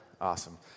Awesome